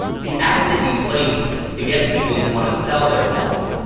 the ad that you place to get people who want to sell their home,